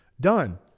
done